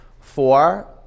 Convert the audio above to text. four